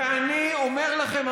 ואני אומר לכם,